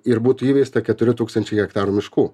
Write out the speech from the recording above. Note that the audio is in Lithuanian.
ir būtų įveista keturi tūkstančiai hektarų miškų